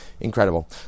Incredible